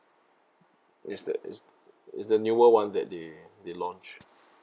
is the is is the newer [one] that they they launched